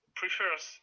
prefers